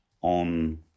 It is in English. on